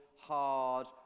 hard